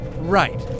Right